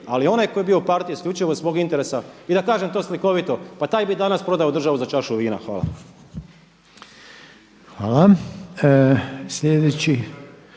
Ali onaj koji je bio u partiji isključivo zbog interesa i da kažem to slikovito pa taj bi danas prodao državu za čašu vina. Hvala. **Reiner,